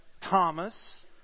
Thomas